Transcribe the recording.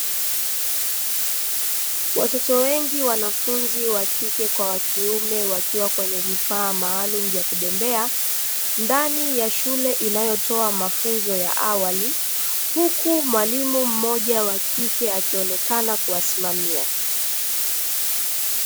Watoto wengi, wanafunzi wa kike kwa wa kiume, wakiwa kwenye vifaa maalum vya kubembea ndani ya shule inayotoa mafunzo ya awali huku mwalimu mmoja wa kike akionekana kuwasimamia.